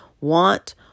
want